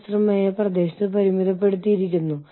എല്ലാവരുടെയും താൽപ്പര്യങ്ങൾ നാം കണക്കിലെടുക്കേണ്ടതുണ്ട്